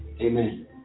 Amen